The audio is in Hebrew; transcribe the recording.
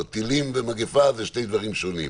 או טילים ומגפה אלה שני דברים שונים.